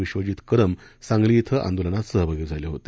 विश्वजीत कदम सांगली इथं आंदोलनात सहभागी झाले होते